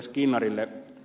skinnarille